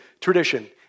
tradition